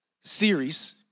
series